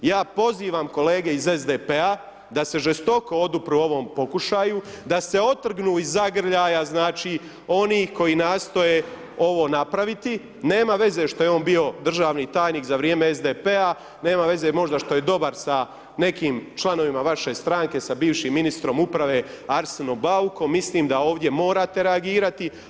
Ja pozivam kolege iz SDP-a da se žestoko podupru ovom pokušaju, da se otrgnu iz zagrljaja oni koji nastoje ovo napraviti, nema veze što je on bio državni tajnik za vrijeme SDP-a nema veze možda što je dobar sa nekim članovima vaše stranke, sa bivšim ministrom uprave Arsenom Baukom, mislim da ovdje morate reagirati.